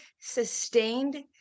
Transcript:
sustained